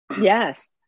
Yes